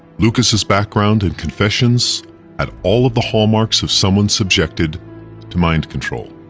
lucas's background and confessions had all of the hallmarks of someone subjected to mind control.